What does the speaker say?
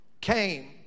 came